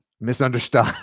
Misunderstood